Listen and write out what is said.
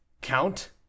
count